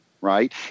right